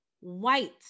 white